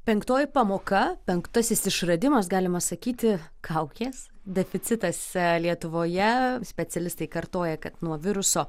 penktoji pamoka penktasis išradimas galima sakyti kaukės deficitas lietuvoje specialistai kartoja kad nuo viruso